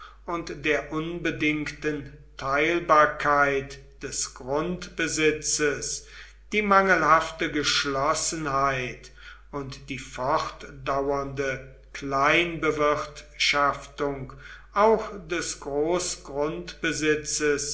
und der unbedingten teilbarkeit des grundbesitzes die mangelhafte geschlossenheit und die fortdauernde kleinbewirtschaftung auch des